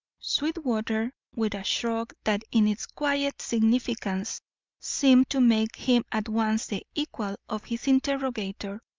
sweetwater, with a shrug that in its quiet significance seemed to make him at once the equal of his interrogator,